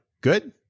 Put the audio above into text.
good